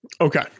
Okay